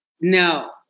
No